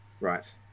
Right